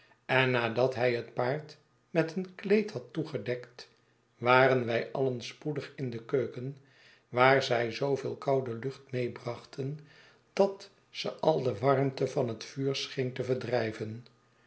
en nadat hij het paard met een kleed had toegedekt waren wij alien spoedig in de keuken waar zij zooveel koude lucht meebrachten dat ze al de warmte van het vuur scheen te verdrijven